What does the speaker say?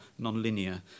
nonlinear